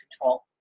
control